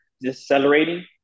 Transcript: decelerating